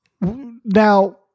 Now